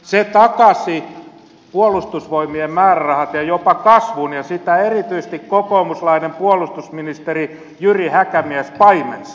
se takasi puolustusvoimien määrärahat ja jopa kasvun ja sitä erityisesti kokoomuslainen puolustusministeri jyri häkämies paimensi